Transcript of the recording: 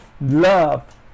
love